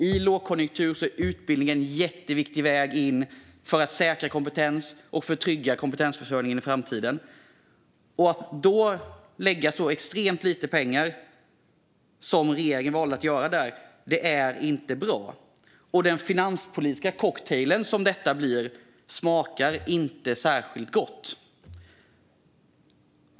I lågkonjunktur är utbildning en jätteviktig väg in för att säkra kompetens och för att trygga kompetensförsörjningen i framtiden. Att då lägga så extremt lite pengar som regeringen valde att göra är inte bra, och den finanspolitiska cocktail som blir resultatet smakar inte särskilt gott.